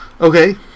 Okay